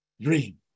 dream